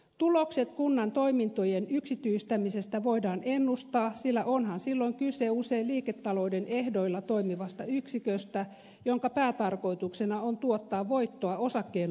tulokset kunnan toimintojen yksityistämisestä voidaan ennustaa sillä onhan silloin kyse usein liiketalouden ehdoilla toimivasta yksiköstä jonka päätarkoituksena on tuottaa voittoa osakkeenomistajille